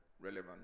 relevant